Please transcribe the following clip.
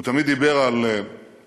הוא תמיד דיבר על קולו